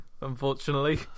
unfortunately